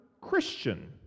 Christian